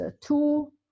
two